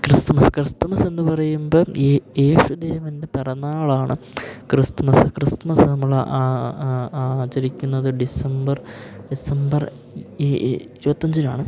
Christmas Christmas എന്നു പറയുമ്പം യേ യേശുദേവൻ്റെ പിറന്നാളാണ് ക്രിസ്തുമസ് ക്രിസ്തുമസ് നമ്മൾ ആ ആ ആചരിക്കുന്നത് ഡിസംബർ ഡിസംബർ ഇ ഇ ഇരുപത്തി അഞ്ചിനാണ്